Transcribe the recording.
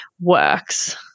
works